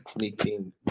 meeting